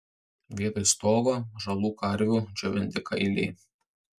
vietoj stogo žalų karvių džiovinti kailiai